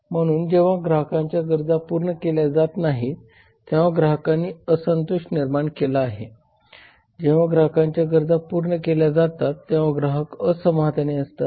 म्हणून जेव्हा ग्राहकांच्या गरजा पूर्ण केल्या जात नाहीत तेव्हा ग्राहकांनी असंतोष निर्माण केला आहे जेव्हा ग्राहकांच्या गरजा पूर्ण केल्या जातात तेव्हा ग्राहक समाधानी असतात